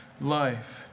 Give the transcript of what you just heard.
life